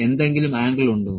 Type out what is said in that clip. എന്തെങ്കിലും ആംഗിൾ ഉണ്ടോ